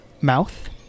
mouth